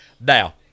Now